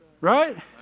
Right